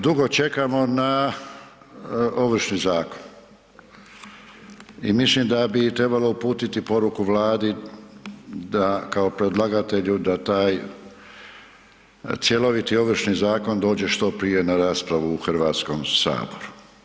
Dugo čekamo na Ovršni zakon i mislim da bi trebalo uputiti poruku Vladi da, kao predlagatelju da taj cjeloviti Ovršni zakon dođe što prije na raspravu u Hrvatskom saboru.